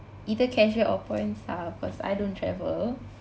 either cashback or points ah because I don't travel